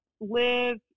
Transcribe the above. live